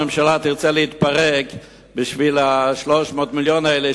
שהממשלה תרצה להתפרק בשביל 300 המיליון האלה.